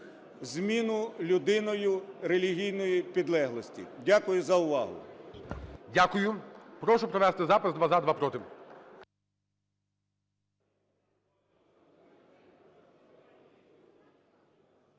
зміну людиною релігійної підлеглості. Дякую за увагу. ГОЛОВУЮЧИЙ. Дякую. Прошу провести запис: два – за, два – проти.